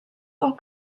are